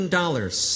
dollars